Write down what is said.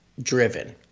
driven